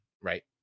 Right